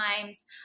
times